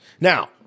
Now